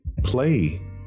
play